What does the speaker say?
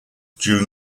during